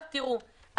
תראו,